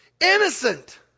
innocent